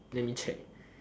let me check